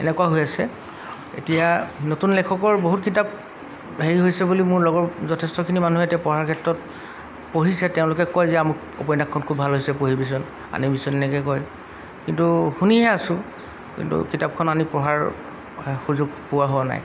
এনেকুৱা হৈ আছে এতিয়া নতুন লেখকৰ বহুত কিতাপ হেৰি হৈছে বুলি মোৰ লগৰ যথেষ্টখিনি মানুহে এতিয়া পঢ়াৰ ক্ষেত্ৰত পঢ়িছে তেওঁলোকে কয় যে আমুক উপন্যাসখন খুব ভাল হৈছে পঢ়িবিচোন আনিবিচোন এনেকৈ কয় কিন্তু শুনিহে আছোঁ কিন্তু কিতাপখন আনি পঢ়াৰ সুযোগ পোৱা হোৱা নাই